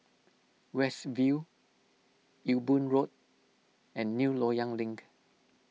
West View Ewe Boon Road and New Loyang Link